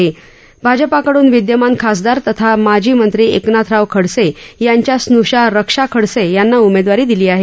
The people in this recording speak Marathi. दरम्यान भाजपाकडून विद्यमान खासदार तथा माजी मंत्री एकनाथराव खडसे यांच्या स्नूषा रक्षा खडसे यांना उमेदवारी दिली आहे